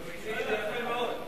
הוא הציג את זה יפה מאוד.